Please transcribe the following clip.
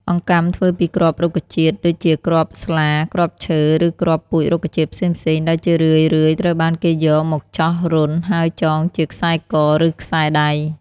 អង្កាំធ្វើពីគ្រាប់រុក្ខជាតិ ដូចជាគ្រាប់ស្លា គ្រាប់ឈើ ឬគ្រាប់ពូជរុក្ខជាតិផ្សេងៗ ដែលជារឿយៗត្រូវបានគេយកមកចោះរន្ធ ហើយចងជាខ្សែក ឬខ្សែដៃ។